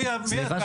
מי אתה?